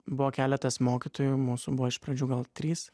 buvo keletas mokytojų mūsų buvo iš pradžių gal trys